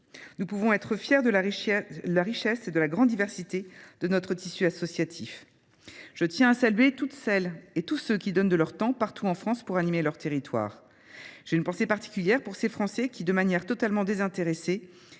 Nous pouvons être fiers de la richesse et de la grande diversité de notre tissu associatif. Je tiens à saluer toutes celles et tous ceux qui donnent de leur temps, partout en France, pour animer leur territoire. J’ai une pensée particulière pour ces Français qui, de manière totalement désintéressée